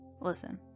Listen